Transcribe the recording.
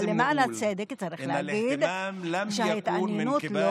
אבל למען הצדק צריך להגיד שההתעניינות לא